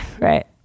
right